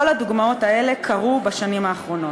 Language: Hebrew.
כל הדוגמאות האלה קרו בשנים האחרונות.